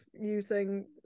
using